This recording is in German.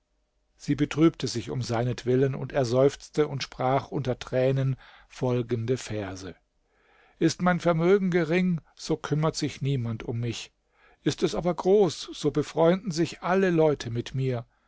sie betrübte sich um seinetwillen und er seufzte und sprach unter tränen folgende verse ist mein vermögen gering so kümmert sich niemand um mich ist es aber groß so befreunden sich alle leute mit mir